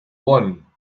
won